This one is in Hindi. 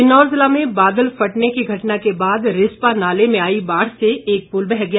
किन्नौर ज़िला में बादल फटने की घटना के बाद रिस्पा नाले में आई बाढ़ से एक पुल बह गया